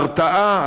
הרתעה,